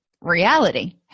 reality